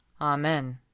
Amen